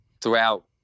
throughout